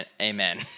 amen